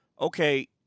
okay